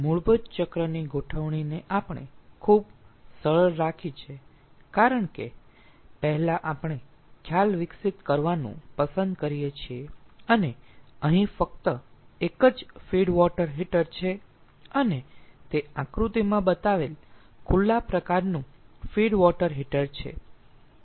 મૂળભૂત ચક્રની ગોઠવણીને આપણે ખૂબ સરળ રાખી છે કારણ કે પહેલા આપણે ખ્યાલ વિકસિત કરવાનું પસંદ કરીએ છીએ અને અહીં ફક્ત એક જ ફીડ વોટર હીટર છે અને તે આકૃતિમાં બતાવેલ ખુલ્લા પ્રકારનું ફીડ વોટર હીટર છે